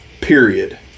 Period